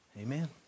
Amen